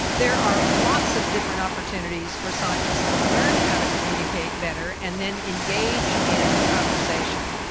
there are lots of different opportunities for scientists to learn how to communicate better and then engage in conversation.